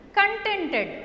contented